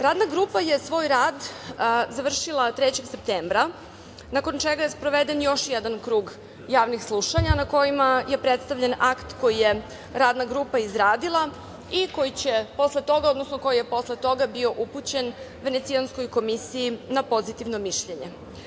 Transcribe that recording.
Radna grupa je svoj rad završila 3. septembra, nakon čega je sproveden još jedan krug javnih slušanja, na kojima je predstavljen akt koji je Radna grupa izradila i koji je posle toga bio upućen Venecijanskoj komisiji na pozitivno mišljenje.